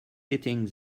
sitting